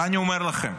ואני אומר לכם,